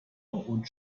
und